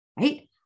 right